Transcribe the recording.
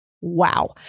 Wow